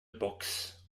box